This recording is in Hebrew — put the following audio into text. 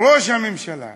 ראש הממשלה,